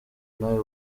nawe